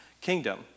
kingdom